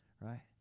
right